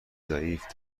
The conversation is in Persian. ضعیف